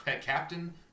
Captain